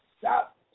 Stop